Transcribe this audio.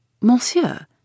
Monsieur